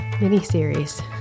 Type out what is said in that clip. mini-series